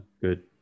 good